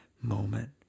moment